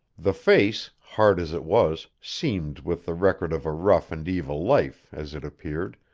the face, hard as it was, seamed with the record of a rough and evil life, as it appeared,